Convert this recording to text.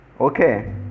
Okay